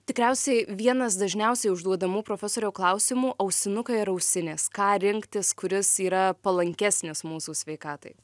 tikriausiai vienas dažniausiai užduodamų profesoriau klausimų ausinukai ar ausinės ką rinktis kuris yra palankesnis mūsų sveikatai